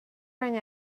rang